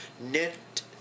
knit